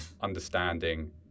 understanding